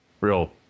Real